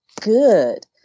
good